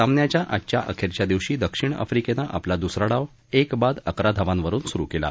सामन्याच्या आजच्या अखेरच्या दिवशी दक्षिण आफ्रीकेनं आपला दुसरा डाव एक बाद अकरा धावावरुन सुरु केला